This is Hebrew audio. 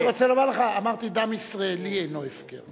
אני רוצה לומר לך שאמרתי "דם ישראלי אינו הפקר".